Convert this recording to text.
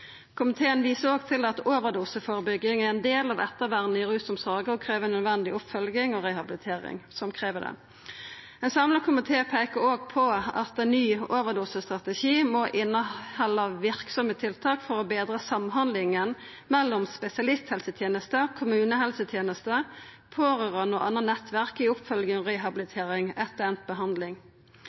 Komiteen viser òg til at overdoseførebygging er ein del av ettervernet i rusomsorga og krev nødvendig oppfølging og rehabilitering. Ein samla komité peikar òg på at ny overdosestrategi må innehalda verksame tiltak for å betra samhandlinga mellom spesialisthelsetenester, kommunehelsetenester, pårørande og anna nettverk i oppfølginga og rehabiliteringa etter enda behandling.